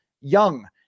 young